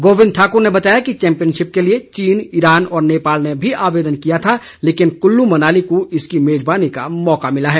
गोविंद ठाकुर ने बताया कि चैम्पियनशिप के लिए चीन ईरान और नेपाल ने भी आवेदन किया था लेकिन कुल्लू मनाली को इसकी मेजबानी का मौका मिला है